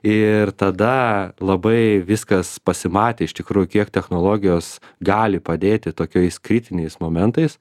ir tada labai viskas pasimatė iš tikrųjų kiek technologijos gali padėti tokiais kritiniais momentais